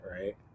Right